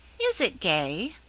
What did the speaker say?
is it gay?